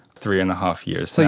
three and a half years so